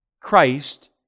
Christ